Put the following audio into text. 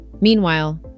Meanwhile